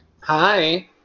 Hi